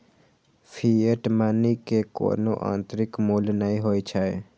fiat money के कोनो आंतरिक मूल्य नै होइ छै